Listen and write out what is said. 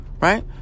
Right